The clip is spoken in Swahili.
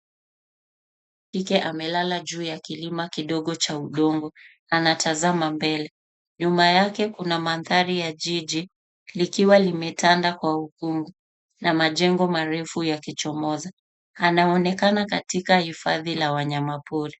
Kike amelala juu ya kilimba kidogo cha udongo. Anatazama mbele. Nyuma yake kuna mandhari ya jiji, likiwa limetanda kwa ukungu, na majengo marefu yakichomoza. Anaonekana katika hifadhi la wanyama pori.